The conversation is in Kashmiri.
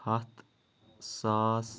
ہَتھ ساس